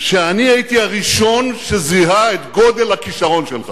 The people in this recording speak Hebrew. שאני הייתי הראשון שזיהה את גודל הכשרון שלך.